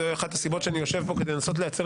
זו אחת הסיבות שאני יושב פה כדי לנסות לייצר